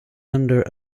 under